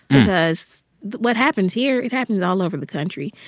because what happens here, it happens all over the country,